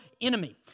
enemy